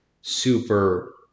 super